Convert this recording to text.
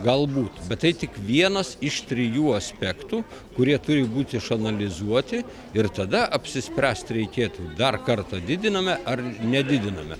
galbūt bet tai tik vienas iš trijų aspektų kurie turi būti išanalizuoti ir tada apsispręsti reikėtų dar kartą didiname ar nedidiname